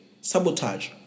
sabotage